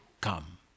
come